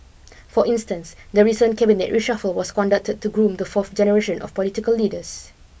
for instance the recent cabinet reshuffle was conducted to groom the fourth generation of political leaders